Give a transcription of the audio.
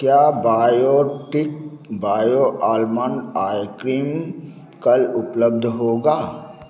क्या Biotique bio almond oil cream कल उपलब्ध होगा